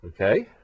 Okay